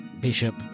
Bishop